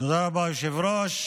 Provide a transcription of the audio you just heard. תודה רבה, היושב-ראש.